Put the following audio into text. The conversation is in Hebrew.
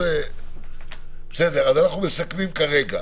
אנחנו מסכמים כרגע,